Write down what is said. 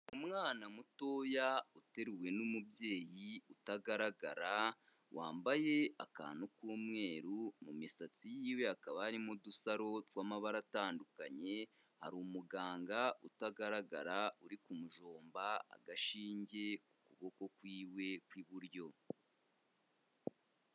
Umwana mutoya uteruwe n'umubyeyi utagaragara, wambaye akantu k'umweru mu misatsi y'iwe hakaba arimo udusaro tw'amabara atandukanye, hari umuganga utagaragara uri kumujomba agashinge ku kuboko kwe kw'iburyo.